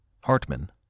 Hartman